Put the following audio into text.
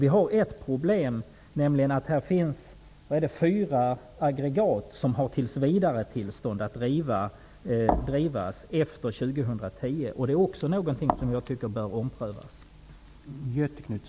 Vi har ett problem, nämligen att det finns fyra aggregat som har tills-vidare-tillstånd att drivas efter år 2010. Det är också någonting som bör omprövas.